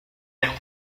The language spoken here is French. l’air